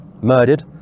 murdered